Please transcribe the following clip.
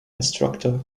instructor